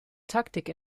taktik